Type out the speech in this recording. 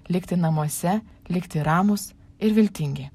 likti namuose likti ramūs ir viltingi